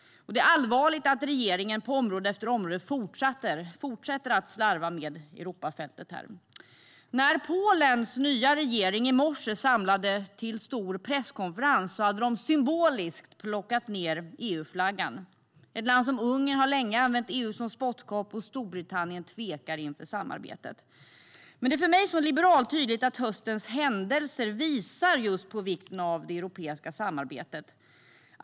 Det är allvarligt att regeringen på område efter område fortsätter att slarva med Europa. När Polens nya regering i morse kallade till stor presskonferens hade man symboliskt plockat ned EU-flaggan. Ungern har länge använt EU som spottkopp, och Storbritannien tvekar inför samarbetet. Men för mig som liberal är det tydligt att höstens händelser visar på vikten av det europeiska samarbetet.